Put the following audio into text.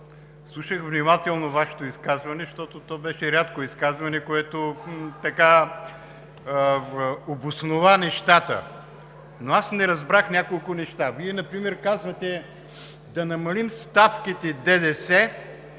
слушах внимателно Вашето изказване, защото то беше рядко изказване, което обоснова нещата, но аз не разбрах няколко от тях. Вие например казвате: да намалим ставките ДДС